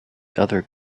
other